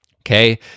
Okay